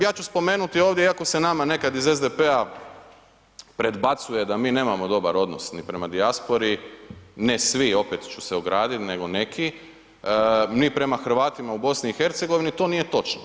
Ja ću spomenuti ovdje iako se nama nekad iz SDP-a predbacuje da mi nemamo dobar odnos ni prema dijaspori, ne svi opet ću se ograditi, nego neki, ni prema Hrvatima u BiH to nije točno.